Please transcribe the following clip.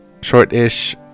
short-ish